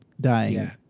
dying